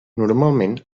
normalment